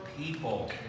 people